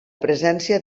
presència